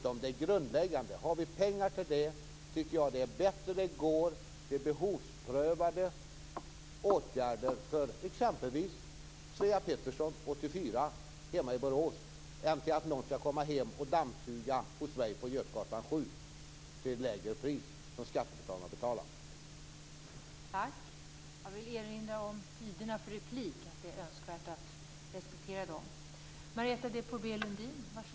Om det finns pengar, är det bättre att de går till behovsprövade åtgärder som t.ex. till Svea Pettersson, 84 år, i Borås, än att någon skall komma hem till mig och till ett lägre pris, på skattebetalarnas bekostnad, dammsuga på Götgatan 7.